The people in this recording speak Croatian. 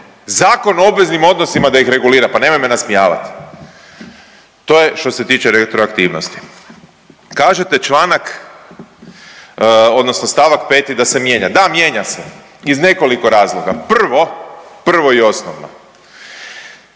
Zakon o obveznim odnosima da ih regulira, pa nemoj me nasmijavat. To je što se tiče retroaktivnosti. Kažete članak odnosno stavak 5. da se mijenja, da mijenja se iz nekoliko razloga. Prvo, prvo i osnovno